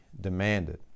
demanded